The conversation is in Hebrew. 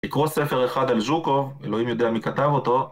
לקרוא ספר אחד על ז'וקו, אלוהים יודע מי כתב אותו